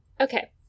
Okay